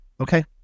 Okay